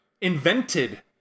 invented